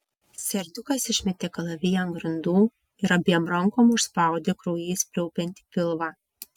serdiukas išmetė kalaviją ant grindų ir abiem rankom užspaudė kraujais pliaupiantį pilvą